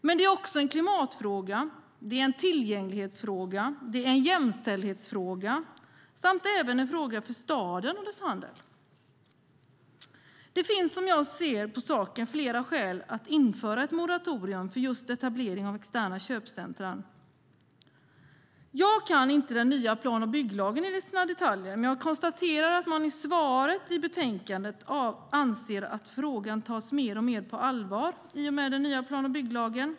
Men detta är också en klimatfråga, en tillgänglighetsfråga, en jämställdhetsfråga samt även en fråga för staden och dess handel. Det finns, som jag ser på saken, flera skäl att införa ett moratorium för just etablering av externa köpcentrum. Jag kan inte den nya plan och bygglagen i dess detaljer, men jag konstaterar att man i svaret i betänkandet anser att frågan tas mer och mer på allvar i och med den nya plan och bygglagen.